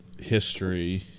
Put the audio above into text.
history